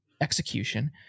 execution